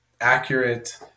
accurate